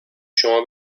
شما